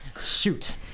Shoot